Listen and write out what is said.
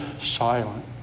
silent